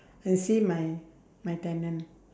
and see my my tenant